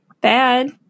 bad